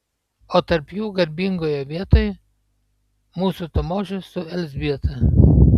o tarp jų garbingoje vietoj mūsų tamošius su elzbieta